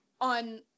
on